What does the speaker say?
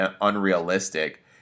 unrealistic